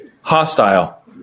hostile